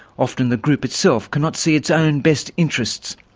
often the group itself cannot see its own best interests.